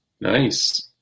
Nice